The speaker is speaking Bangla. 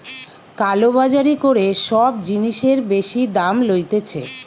কালো বাজারি করে সব জিনিসের বেশি দাম লইতেছে